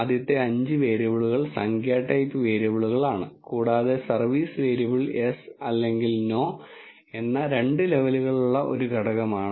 ആദ്യത്തെ 5 വേരിയബിളുകൾ സംഖ്യാ ടൈപ്പ് വേരിയബിളുകളാണ് കൂടാതെ സർവീസ് വേരിയബിൾ യെസ് അല്ലെങ്കിൽ നോ എന്ന രണ്ട് ലെവലുകളുള്ള ഒരു ഘടകമാണ്